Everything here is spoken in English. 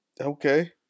Okay